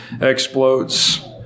explodes